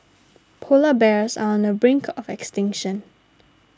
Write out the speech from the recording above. Polar Bears are on the brink of extinction